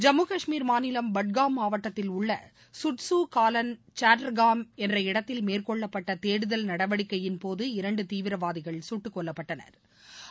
ஜம்மு காஷ்மீர் மாநிலம் பட்காம் மாவட்டத்தில் உள்ள கட்சூ காலன் காட்டர்கான் என்ற இடத்தில் மேற்கொள்ளப்பட்ட தேடுதல் நடவடிக்கையின் போது இரண்டு தீவிரவாதிகள் கட்டுக்கொல்லப்பட்டனா்